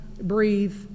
breathe